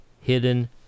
hidden